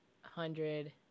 hundred